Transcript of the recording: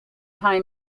thai